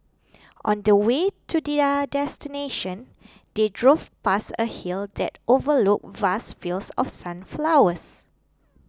on the way to their destination they drove past a hill that overlooked vast fields of sunflowers